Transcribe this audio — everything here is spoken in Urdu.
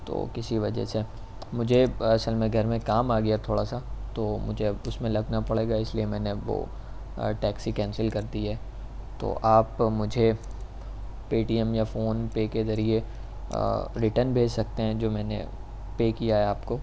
تو کسی وجہ سے مجھے اصل میں گھر میں کام آ گیا تھوڑا سا تو مجھے اب اس میں لگنا پڑے گا اس لیے میں نے اب وہ ٹیکسی کینسل کر دی ہے تو آپ مجھے پے ٹی ایم یا فون پے کے ذریعہ ریٹن بھیج سکتے ہیں جو میں نے پے کیا ہے آپ کو